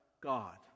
God